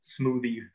smoothie